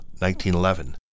1911